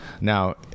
Now